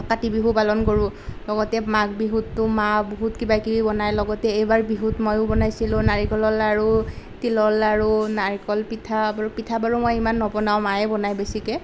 কাতি বিহু পালন কৰোঁ লগতে মাঘ বিহুতো মায়ে বহুত কিবা কিবি বনায় লগতে এইবাৰ বিহুত ময়ো বনাইছিলোঁ নাৰিকলৰ লাৰু তিলৰ লাৰু নাৰিকল পিঠা বাৰু পিঠা বাৰু মই ইমান নবনাওঁ মায়েই বনায় বেছিকৈ